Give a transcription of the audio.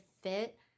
fit